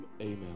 amen